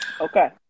Okay